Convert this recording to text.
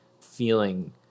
feeling